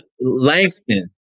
Langston